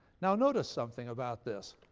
now notice something about this.